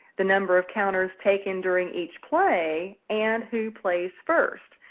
the number of counters taken during each play, and who plays first.